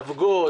אבגול,